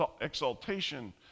exaltation